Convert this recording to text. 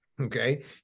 okay